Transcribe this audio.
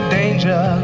danger